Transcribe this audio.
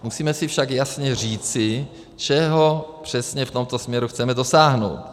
Musíme si však jasně říci, čeho přesně v tomto směru chceme dosáhnout.